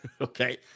Okay